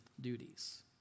duties